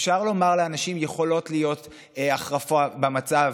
אפשר לומר לאנשים: יכולה להיות החרפה במצב,